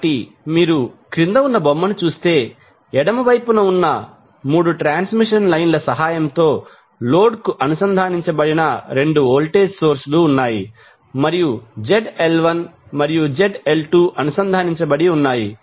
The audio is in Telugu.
కాబట్టి మీరు క్రింద ఉన్న బొమ్మను చూస్తే ఎడమ వైపున 3 ట్రాన్స్మిషన్ లైన్ ల సహాయంతో లోడ్ కు అనుసంధానించబడిన 2 వోల్టేజ్ సోర్స్ లు ఉన్నాయి మరియు లోడ్ ZL1 మరియు ZL2 అనుసంధానించబడి ఉన్నాయి